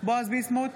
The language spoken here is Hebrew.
בועז ביסמוט,